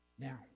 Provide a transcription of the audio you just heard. Now